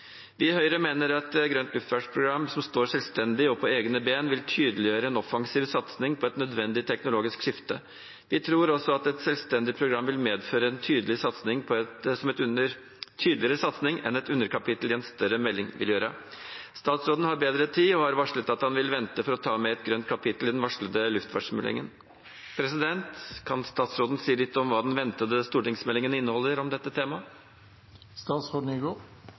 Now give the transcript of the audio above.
Vi i Høyre mener at et grønt luftfartsprogram som står selvstendig og på egne bein, vil tydeliggjøre en offensiv satsing på et nødvendig teknologisk skifte. Vi tror også at et selvstendig program vil medføre en tydeligere satsing enn et underkapittel i en større melding vil gjøre. Statsråden har bedre tid, og har varslet at han vil vente for å ta med et grønt kapittel i den varslede luftfartsmeldingen. Kan statsråden si litt om hva den ventede stortingsmeldingen inneholder om dette temaet?